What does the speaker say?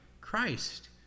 Christ